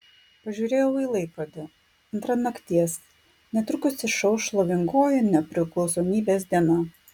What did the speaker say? pažiūrėjau į laikrodį antra nakties netrukus išauš šlovingoji nepriklausomybės diena